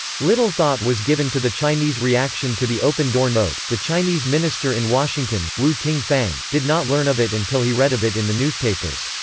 little thought was given to the chinese reaction to the open door note the chinese minister in washington, wu ting-fang, did not learn of it until he read of it in the newspapers.